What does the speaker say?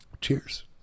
Cheers